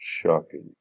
Shocking